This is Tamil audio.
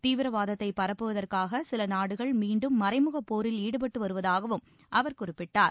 தீவிரவாதத்தை பரப்புவதற்காக சில நாடுகள் மீண்டும் மறைமுக போரில் ஈடுபட்டு வருவதாகவும் அவர் குறிப்பிட்டார்